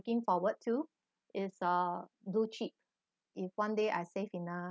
looking forward to is uh blue chip if one day I save enough